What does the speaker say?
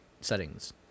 settings